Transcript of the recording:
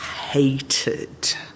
hated